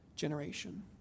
generation